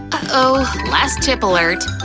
uh-oh, last chip alert!